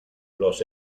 los